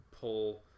pull